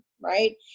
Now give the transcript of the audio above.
right